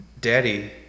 Daddy